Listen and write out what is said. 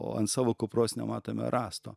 o ant savo kupros nematome rąsto